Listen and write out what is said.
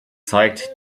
zeigt